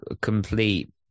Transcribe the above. complete